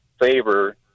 favor